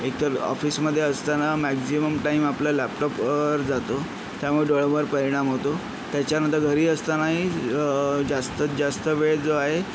एकतर ऑफिसमध्ये असताना मॅक्झिमम टाईम आपलं लॅपटॉपवर जातो त्यामुळे डोळ्यांवर परिणाम होतो त्याच्यानंतर घरी असतानाही जास्तीत जास्त वेळ जो आहे